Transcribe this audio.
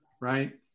right